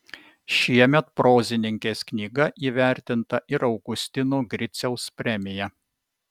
šiemet prozininkės knyga įvertinta ir augustino griciaus premija